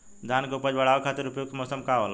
धान के उपज बढ़ावे खातिर उपयुक्त मौसम का होला?